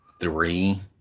three